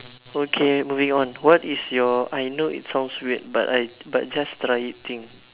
okay moving on what is your I know it sounds weird but I but just try eating